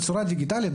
בצורה דיגיטלית.